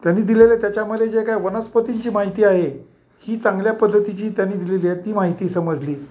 त्यांनी दिलेलं त्याच्यामध्ये जे काय वनस्पतींची माहिती आहे ही चांगल्या पद्धतीची त्यानी दिलेली आहे ती माहिती समजली